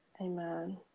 Amen